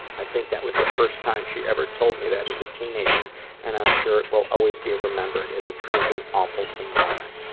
that was the first time she ever told me that as a teenager and i'm sure it will always be remembered as a truly awfulsome moment.